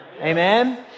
Amen